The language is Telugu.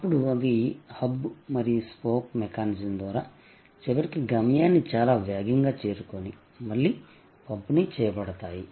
అప్పుడు అవి హబ్ మరియు స్పోక్ మెకానిజం ద్వారా చివరికి గమ్యాన్ని చాలా వేగంగా చేరుకొని మళ్లీ పంపిణీ చేయబడతాయి